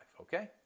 okay